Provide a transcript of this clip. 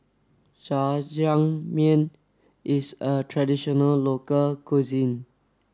Jajangmyeon is a traditional local cuisine